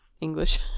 English